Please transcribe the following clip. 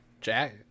jack